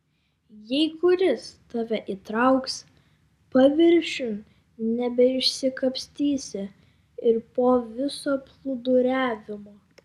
jei kuris tave įtrauks paviršiun nebeišsikapstysi ir po viso plūduriavimo